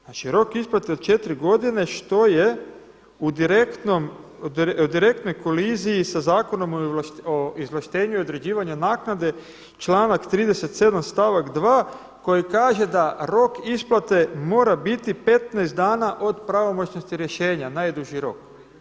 Znači rok isplate od 4 godine što je u direktnoj koliziji sa Zakonom o izvlaštenju i određivanju naknade članak 37. stavak 2. koji kaže da rok isplate mora biti 15 dana od pravomoćnosti rješenja, najduži rok.